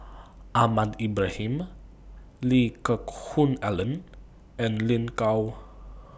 Ahmad Ibrahim Lee Geck Hoon Ellen and Lin Gao